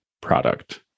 product